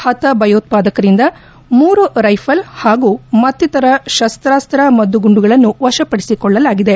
ಪತ ಭಯೋತ್ಪಾದಕರಿಂದ ಮೂರು ರೈಫಲ್ ಹಾಗೂ ಮತ್ತಿತರ ಶಸ್ತಾಸ್ತ ಮದ್ದು ಗುಂಡುಗಳನ್ನು ವಶಪಡಿಸಿಕೊಳ್ಳಲಾಗಿದೆ